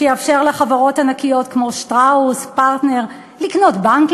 שיאפשר לחברות ענקיות כמו "שטראוס" ו"פרטנר" לקנות בנק,